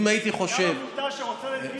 אם הייתי חושב, גם עמותה שרוצה, לא יכולים.